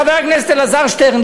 חבר הכנסת אלעזר שטרן,